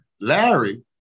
Larry